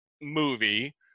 movie